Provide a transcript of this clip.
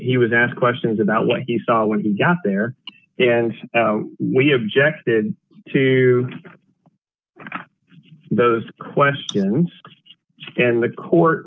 he was asked questions about what he saw when he got there and we objected to those questions stand the court